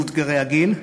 מאותגרי הגיל,